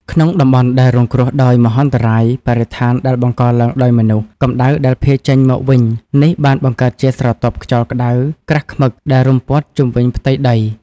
ក្នុងតំបន់ដែលរងគ្រោះដោយ គ្រោះមហន្តរាយបរិស្ថានដែលបង្កឡើងដោយមនុស្ស កម្ដៅដែលភាយចេញមកវិញនេះបានបង្កើតជាស្រទាប់ខ្យល់ក្ដៅក្រាស់ឃ្មឹកដែលរុំព័ទ្ធជុំវិញផ្ទៃដី។